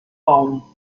baum